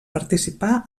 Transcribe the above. participar